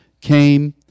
came